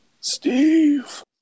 Steve